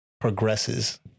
progresses